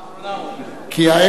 כי העט שלך.